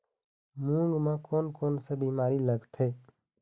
मूंग म कोन कोन से बीमारी लगथे?